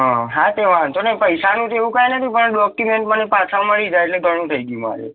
હં હા તે વાંધો નહીં પૈસાનું તો એવું કંઈ નથી પણ ડોક્યુમેન્ટ્સ મને પાછાં મળી જાય એટલે ઘણું થઈ ગયું મારે